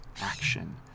action